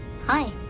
Hi